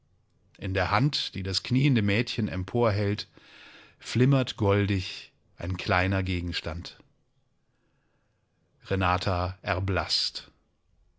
in der hand die das knieende mädchen emporhält flimmert goldig ein kleiner gegenstand renata erblaßt